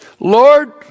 Lord